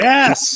Yes